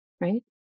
right